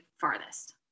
farthest